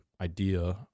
idea